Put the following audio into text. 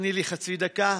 תני לי חצי דקה,